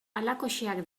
halakoxeak